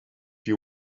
you